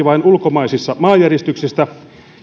vain ulkomaisissa maanjäristyksissä